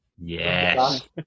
Yes